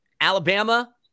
Alabama